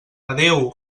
adéu